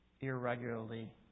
irregularly